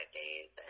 days